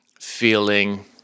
feeling